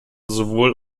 sowohl